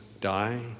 die